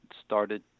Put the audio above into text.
started